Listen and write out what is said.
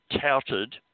touted